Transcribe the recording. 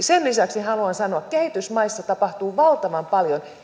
sen lisäksi haluan sanoa että kehitysmaissa tapahtuu valtavan paljon